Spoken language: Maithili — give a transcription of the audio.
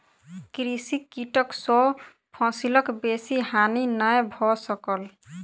कृषि कीटक सॅ फसिलक बेसी हानि नै भ सकल